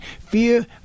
fear